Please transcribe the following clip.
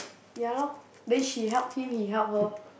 ya lor then she help him he help her